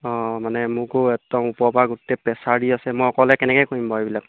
অঁ মানে মোকো একদম ওপৰৰ পৰা গোটেই প্ৰেছাৰ দি আছে মই অকলে কেনেকৈ কৰিম বাৰু এইবিলাক